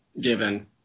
given